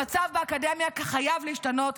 המצב באקדמיה חייב להשתנות.